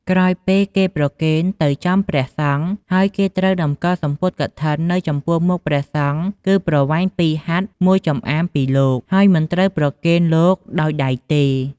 ក្រោយពេលគេប្រគេនទៅចំព្រះសង្ឃហើយគេត្រូវតម្កល់សំពត់កឋិននៅចំពោះមុខព្រះសង្ឃគឺប្រវែង២ហត្ថ ១ចំអាមពីលោក ហើយមិនត្រូវប្រគេនលោកដោយដៃទេ។